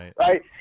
right